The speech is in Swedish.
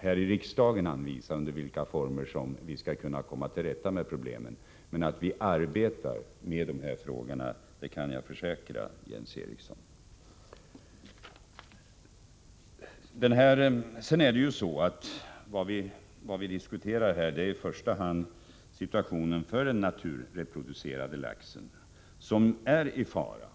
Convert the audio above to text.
här i riksdagen anvisa under vilka former som vi skall kunna komma till rätta med det problemet. Att vi arbetar med dessa frågor kan jag försäkra Jens Eriksson. Vad vi diskuterar här är i första hand situationen för den naturreproduce = Nr 18 rade laxen, som är i fara.